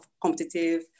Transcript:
competitive